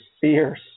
fierce